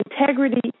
integrity